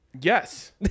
yes